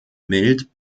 mild